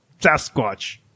Sasquatch